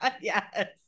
Yes